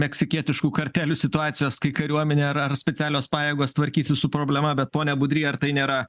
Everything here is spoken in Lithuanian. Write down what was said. meksikietiškų kartelių situacijos kai kariuomenė ar ar specialios pajėgos tvarkysis su problema bet pone budry ar tai nėra